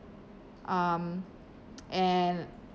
um and